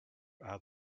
are